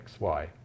XY